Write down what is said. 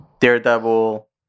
Daredevil